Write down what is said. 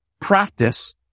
Practice